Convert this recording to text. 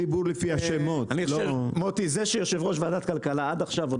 זה שיושב ראש ועדת כלכלה עד עכשיו עוד